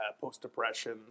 post-depression